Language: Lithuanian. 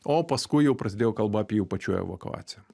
o paskui jau prasidėjo kalba apie jų pačių evakuaciją